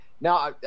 Now